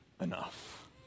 enough